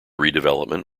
redevelopment